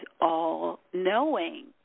all-knowing